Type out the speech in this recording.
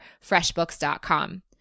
freshbooks.com